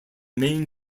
main